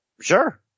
Sure